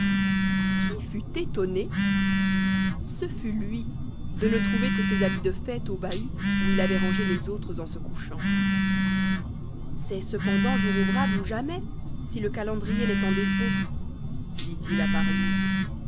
qui fut étonné ce fut lui de ne trouver que ses habits de fête au bahut où il avait rangé les autres en se couchant c'est cependant jour ouvrable ou jamais si le calendrier n'est en défaut dit-il à part lui